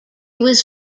was